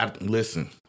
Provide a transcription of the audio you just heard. Listen